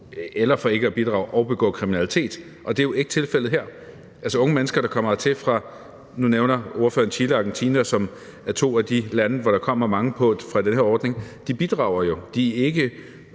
eller for ikke at bidrage og begå kriminalitet, og det er jo ikke tilfældet her. Altså, unge mennesker, der kommer hertil fra, nu nævner ordføreren Chile og Argentina, som er to af de lande, hvor der kommer mange fra på den her ordning, bidrager jo. De bonner